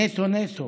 נטו נטו